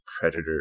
predator